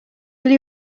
will